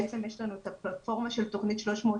בעצם יש לנו את הפלטפורמה של תוכנית 360,